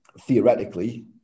theoretically